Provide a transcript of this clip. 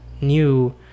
new